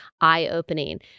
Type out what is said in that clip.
eye-opening